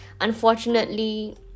unfortunately